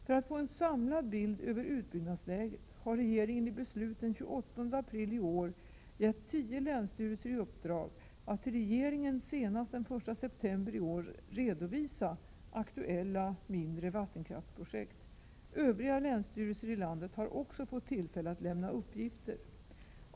För att få en samlad bild av utbyggnadsläget har regeringen i beslut den 28 april i år gett tio länsstyrelser i uppdrag att till regeringen senast den 1 september i år redovisa aktuella mindre vattenkraftsprojekt. Övriga länsstyrelser i landet har också fått tillfälle att lämna uppgifter.